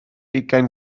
ugain